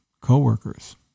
coworkers